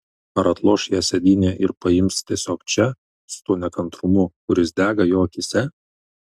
ar atloš ją sėdynėje ir paims tiesiog čia su tuo nekantrumu kuris dega jo akyse